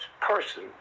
person